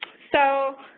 so,